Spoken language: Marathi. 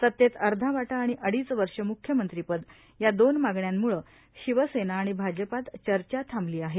सत्तेत अर्धा वाटा आणि अडीच वर्षे म्ख्यमंत्रीपद या दोन मागण्यांम्ळे शिवसेना आणि भाजपात चर्चा थांबली आहे